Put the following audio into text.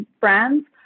brands